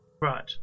Right